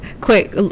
quick